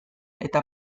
eta